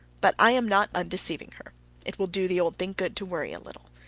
but i am not undeceiving her it will do the old thing good to worry a little.